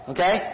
Okay